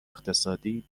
اقتصادی